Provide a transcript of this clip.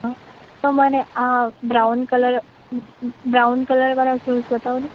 હં તો મને આ બ્રાઉન કલર બ્રાઉન કલરવાળા શૂઝ બતાવોને